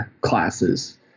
classes